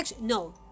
No